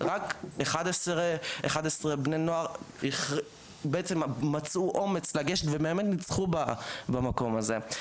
רק 11 בני נוער מצאו את האומץ לגשת ובאמת גם ניצחו במקום הזה.